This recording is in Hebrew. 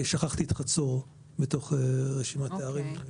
שכחתי את חצור, בתוך רשימת הערים.